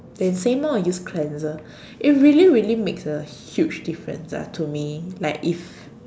and same lor use cleanser it really really makes a huge difference ah to me like if